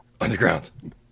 Underground